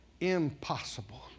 impossible